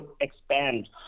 expand